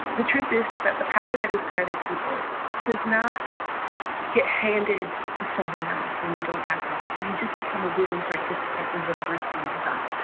the truth is, is that the power that is granted people does not get handed to someone else when you don't act on it. you just become a willing participant in whatever is being done.